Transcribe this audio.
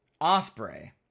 Osprey